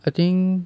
I think